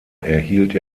erhielt